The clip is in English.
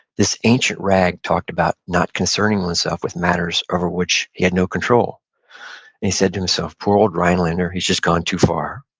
this ancient rag talked about not concerning oneself with matters over which he had no control. and he said to himself, poor old rhinelander, he's just gone too far.